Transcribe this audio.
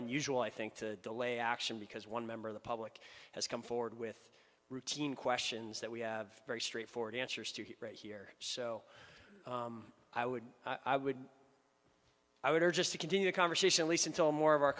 unusual i think to delay action because one member of the public has come forward with routine questions that we have very straightforward answers to here so i would i would i would are just to continue a conversation least until more of our